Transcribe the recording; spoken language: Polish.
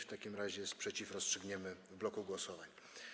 W takim razie sprzeciw rozstrzygniemy w bloku głosowań.